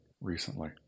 recently